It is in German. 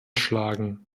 schlagen